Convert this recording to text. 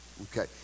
okay